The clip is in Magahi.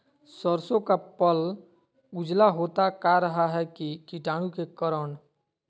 सरसो का पल उजला होता का रहा है की कीटाणु के करण?